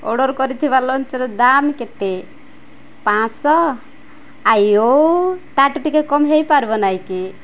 order କରିଥିବା ଲଞ୍ଚ୍ର ଦାମ୍ କେତେ ପାଞ୍ଚଶହ ଆଇଓ ତାଠୁ ଟିକେ କମ୍ ହୋଇପାରବ ନାହିଁ କିି